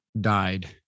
died